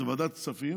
ועדת הכספים